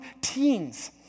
teens